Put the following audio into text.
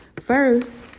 First